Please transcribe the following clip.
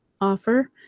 offer